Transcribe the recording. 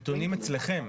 הנתונים אצלכם.